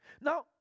Now